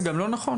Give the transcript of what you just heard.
זה גם לא נכון.